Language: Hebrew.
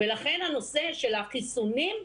ולכן הנושא של החיסונים,